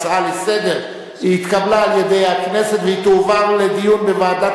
להצעה לסדר-היום ולהעביר את הנושא לוועדת